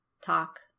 talk